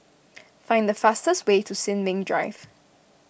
find the fastest way to Sin Ming Drive